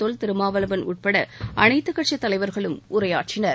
தொல் திருமாவளவன் உட்பட அனைத்துக் கட்சித் தலைவர்களும் உரையாற்றினர்